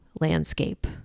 landscape